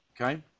okay